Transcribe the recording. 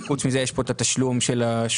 חוץ מזה יש פה את התשלום של השוטרים